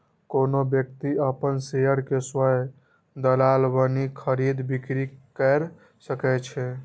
कोनो व्यक्ति अपन शेयर के स्वयं दलाल बनि खरीद, बिक्री कैर सकै छै